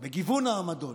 בגיוון העמדות.